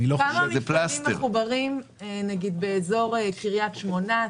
כמה מפעלים מחוברים באזור קריית שמונה,